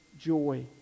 joy